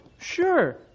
sure